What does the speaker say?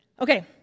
Okay